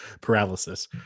paralysis